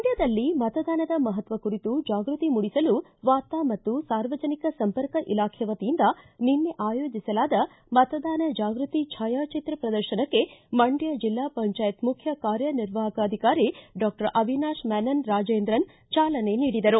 ಮಂಡ್ಕದಲ್ಲಿ ಮತದಾನದ ಮಹತ್ವ ಕುರಿತು ಜಾಗೃತಿ ಮೂಡಿಸಲು ವಾರ್ತಾ ಮತ್ತು ಸಾರ್ವಜನಿಕ ಸಂಪರ್ಕ ಇಲಾಖೆ ವತಿಯಿಂದ ನಿನ್ನೆ ಆಯೋಜಿಸಲಾದ ಮತದಾನ ಜಾಗೃತಿ ಛಾಯಾಚಿತ್ರ ಪ್ರದರ್ಶನಕ್ಕೆ ಮಂಡ್ಕ ಜಿಲ್ಲಾ ಪಂಚಾಯತ್ ಮುಖ್ಯ ಕಾರ್ಯನಿರ್ವಾಹಕ ಅಧಿಕಾರಿ ಡಾಕ್ಟರ್ ೆ ಅವಿನಾಶ್ ಮೆನನ್ ರಾಜೇಂದ್ರನ್ ಚಾಲನೆ ನೀಡಿದರು